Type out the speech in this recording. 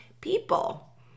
people